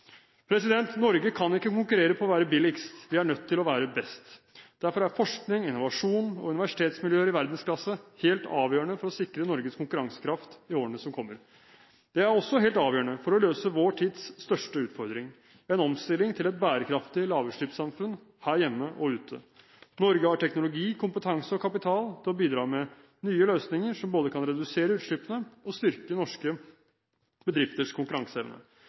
Norge kan ikke konkurrere på å være billigst. Vi er nødt til å være best. Derfor er forskning, innovasjon og universitetsmiljøer i verdensklasse helt avgjørende for å sikre Norges konkurransekraft i årene som kommer. Det er også helt avgjørende for å løse vår tids største utfordring: en omstilling til et bærekraftig lavutslippssamfunn her hjemme og ute. Norge har teknologi, kompetanse og kapital til å bidra med nye løsninger som både kan redusere utslippene og styrke norske bedrifters konkurranseevne.